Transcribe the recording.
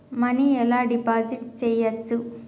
Money ఎలా deposit చేయచ్చు?